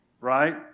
Right